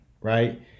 right